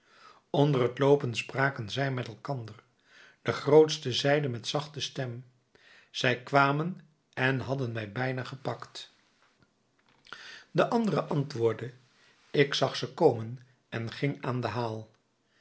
onder t loopen spraken zij met elkander de grootste zeide met zachte stem zij kwamen en hadden mij bijna gepakt de andere antwoordde ik zag ze komen en ging aan den haal